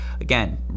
again